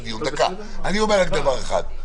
אני רק אומר דבר אחד,